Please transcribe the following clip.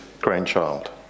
grandchild